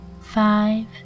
five